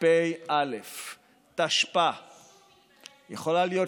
ונפטר באותו יום, עמאד גנאים, עליה